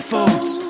Folds